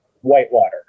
whitewater